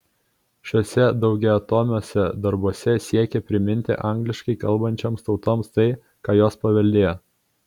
šiuose daugiatomiuose darbuose siekė priminti angliškai kalbančioms tautoms tai ką jos paveldėjo